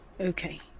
Okay